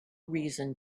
reason